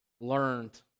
learned